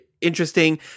interesting